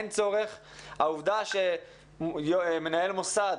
העובדה שמנהל מוסד,